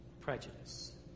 prejudice